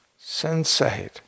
sensate